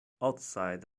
outside